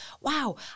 wow